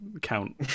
count